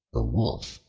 the wolf,